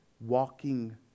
walking